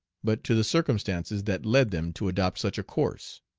but to the circumstances that led them to adopt such a course.